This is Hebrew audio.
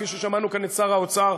כפי ששמענו כאן את שר האוצר,